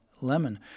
Lemon